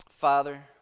Father